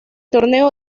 torneo